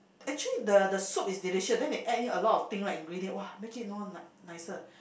actually the the soup is delicious then they add in a lot of thing right ingredient !wah! make it more nicer